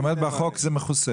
זאת אומרת בחוק זה מכוסה?